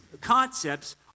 concepts